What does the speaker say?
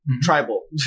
tribal